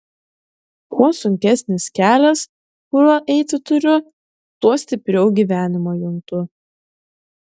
kuo sunkesnis kelias kuriuo eiti turiu tuo stipriau gyvenimą juntu